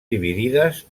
dividides